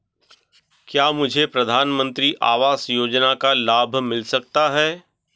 क्या मुझे प्रधानमंत्री आवास योजना का लाभ मिल सकता है?